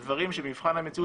למה?